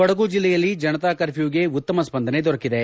ಕೊಡಗು ಜಿಲ್ಲೆಯಲ್ಲಿ ಜನತಾ ಕರ್ಫ್ಯೂವಿಗೆ ಉತ್ತಮ ಸ್ಪಂದನೆ ದೊರಕಿದೆ